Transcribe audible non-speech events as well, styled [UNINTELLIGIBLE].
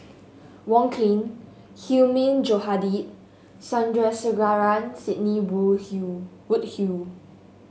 Wong Keen Hilmi Johandi Sandrasegaran Sidney [UNINTELLIGIBLE] Woodhull